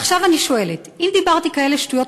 ועכשיו אני שואלת: אם דיברתי כאלה שטויות,